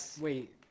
Wait